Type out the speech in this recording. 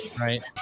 right